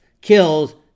kills